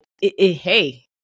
hey